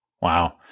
Wow